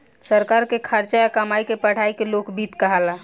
सरकार के खर्चा आ कमाई के पढ़ाई के लोक वित्त कहाला